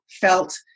felt